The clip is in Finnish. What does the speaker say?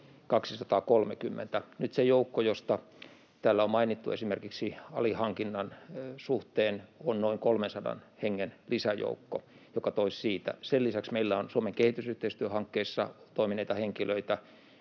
230. Nyt se joukko, josta täällä on mainittu esimerkiksi alihankinnan suhteen, on noin 300 hengen lisäjoukko, joka tulisi siitä. Sen lisäksi meillä on Suomen kehitysyhteistyöhankkeissa toimineita henkilöitä,